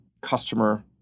customer